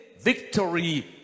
victory